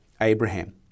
Abraham